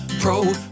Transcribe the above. Pro